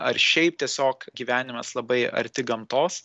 ar šiaip tiesiog gyvenimas labai arti gamtos